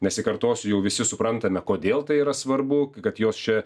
nesikartosiu jau visi suprantame kodėl tai yra svarbu kad jos čia